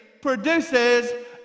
produces